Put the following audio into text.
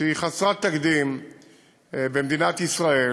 שהיא חסרת תקדים במדינת ישראל.